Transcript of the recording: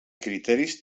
criteris